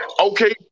okay